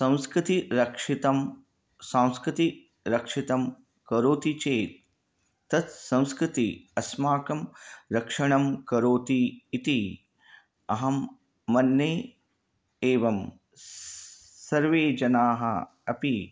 संस्कृतिः रक्षिता सांस्कृतिः रक्षिता करोति चे तत् संस्कृतिः अस्माकं रक्षणं करोति इति अहं मन्ये एवं सा सर्वे जनाः अपि